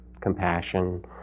compassion